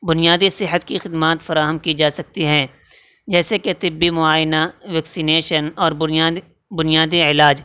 بنیادی صحت کی خدمات فراہم کی جا سکتی ہیں جیسے کہ طبی معائنہ ویکسینیشن اور بنیاد بنیادی علاج